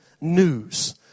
news